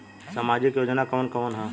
सामाजिक योजना कवन कवन ह?